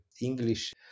English